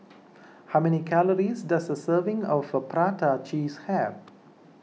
how many calories does a serving of Prata Cheese have